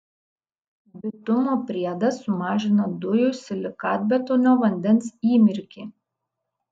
bitumo priedas sumažina dujų silikatbetonio vandens įmirkį